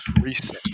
reset